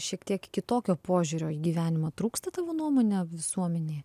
šiek tiek kitokio požiūrio į gyvenimą trūksta tavo nuomone visuomenėi